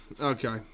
okay